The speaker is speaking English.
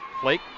Flake